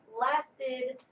lasted